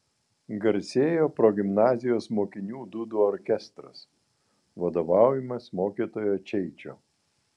garsėjo progimnazijos mokinių dūdų orkestras vadovaujamas mokytojo čeičio